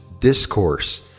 discourse